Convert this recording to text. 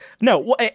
No